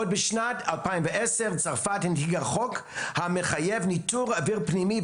עוד בשנת 2010 צרפת הנהיגה חוק המחייב ניטור אוויר פנימי,